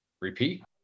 repeat